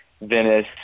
Venice